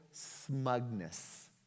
smugness